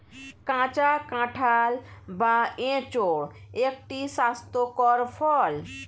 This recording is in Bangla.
কাঁচা কাঁঠাল বা এঁচোড় একটি স্বাস্থ্যকর ফল